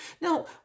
Now